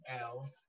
else